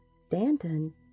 Stanton